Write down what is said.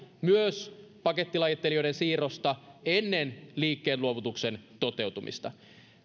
myös pakettilajittelijoiden siirrosta ennen liikkeenluovutuksen toteutumista